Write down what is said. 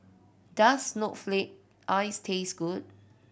does snowflake ice taste good